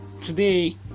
today